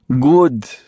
good